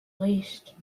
least